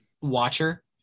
watcher